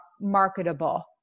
marketable